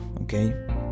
okay